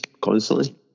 constantly